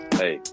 hey